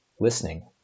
listening